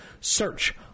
Search